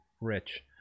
rich